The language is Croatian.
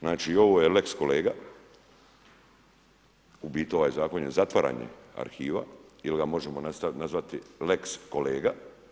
Znači, ovo je lex-kolega, u biti ovaj Zakon je zatvaranje arhiva ili ga možemo nazvati lex-kolega.